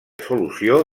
solució